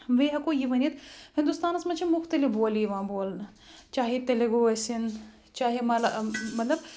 بیٚیہِ ہٮ۪کو یہِ ؤنِتھ ہِندُستانَس منٛز چھےٚ مُختٔلِف بولہِ یِوان بولنہٕ چاہے تٮ۪لٮ۪گوٗ ٲسِن چاہے مَلا مطلب